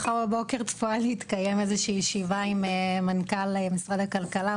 מחר בבוקר צפויה להתקיים ישיבה של מנכ"ל משרד הכלכלה,